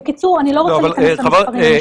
בקיצור, אני לא רוצה להיכנס למספרים.